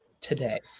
today